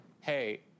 Hey